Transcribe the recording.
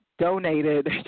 donated